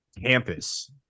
Campus